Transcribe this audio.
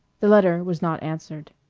the letter was not answered.